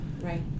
Right